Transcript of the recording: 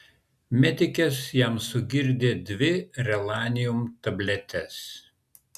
medikės jam sugirdė dvi relanium tabletes